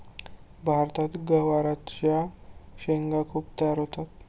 भारतात गवारच्या शेंगा खूप तयार होतात